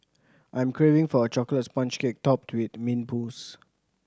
I'm craving for a chocolate sponge cake topped with mint mousse